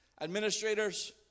administrators